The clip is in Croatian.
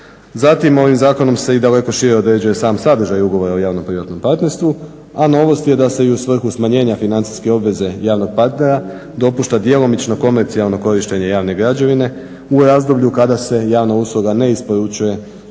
Zatim ovim zakonom se i daleko šire određuje sam sadržaj ugovora o javno-privatnom partnerstvu, a novost je da se i u svrhu smanjenja financijske obveze javnog partnera dopušta djelomično komercijalno korištenje javne građevine u razdoblju kada se javna usluga ne isporučuje